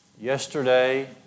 yesterday